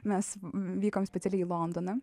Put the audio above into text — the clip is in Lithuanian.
mes vykom specialiai į londoną